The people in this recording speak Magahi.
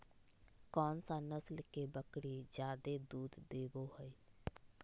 कौन सा नस्ल के बकरी जादे दूध देबो हइ?